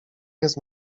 jest